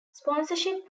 sponsorship